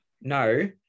No